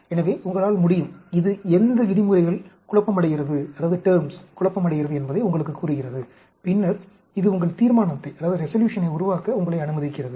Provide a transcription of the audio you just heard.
எனவே உங்களால் முடியும் இது எந்த விதிமுறைகள் குழப்பமடைகிறது என்பதை உங்களுக்குக் கூறுகிறது பின்னர் இது உங்கள் தீர்மானத்தை உருவாக்க உங்களை அனுமதிக்கிறது